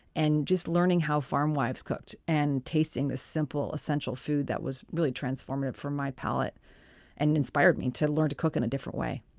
and just learning how farm wives cooked. and tasting this simple, essential food was really transformative for my palate and inspired me to learn to cook in a different way